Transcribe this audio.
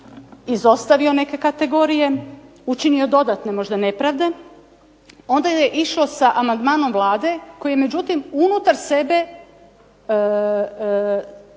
izostavio neke kategorije, učinio dodatne možda nepravde, onda je išlo sa amandmanom Vlade koji je međutim unutar sebe